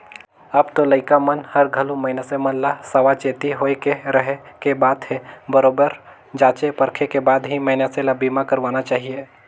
अब तो लइका मन हर घलो मइनसे मन ल सावाचेती होय के रहें के बात हे बरोबर जॉचे परखे के बाद ही मइनसे ल बीमा करवाना चाहिये